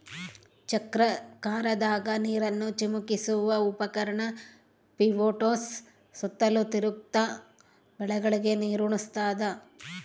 ಚಕ್ರಾಕಾರದಾಗ ನೀರನ್ನು ಚಿಮುಕಿಸುವ ಉಪಕರಣ ಪಿವೋಟ್ಸು ಸುತ್ತಲೂ ತಿರುಗ್ತ ಬೆಳೆಗಳಿಗೆ ನೀರುಣಸ್ತಾದ